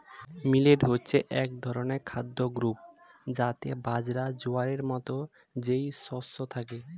millet হচ্ছে এক ধরনের খাদ্য গ্রূপ যাতে বাজরা, জোয়ারের মতো যেই শস্য থাকে